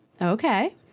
Okay